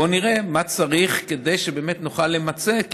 בואו נראה מה צריך כדי שבאמת נוכל למצות,